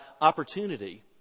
opportunity